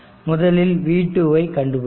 முதலில் V2 ஐ கண்டுபிடிக்கலாம்